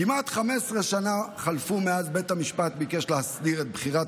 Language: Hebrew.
כמעט 15 שנה חלפו מאז שבית המשפט ביקש להסדיר את בחירת